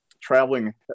traveling